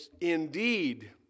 indeed